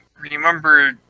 remember